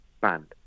banned